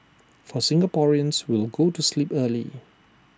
for Singaporeans we'll go to sleep early